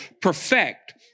perfect